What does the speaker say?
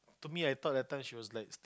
to me I thought that time she was like